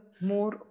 more